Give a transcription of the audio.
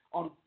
on